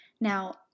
Now